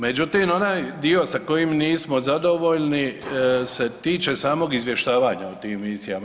Međutim, onaj dio sa kojim nismo zadovoljni se tiče samog izvještavanja o tim misija.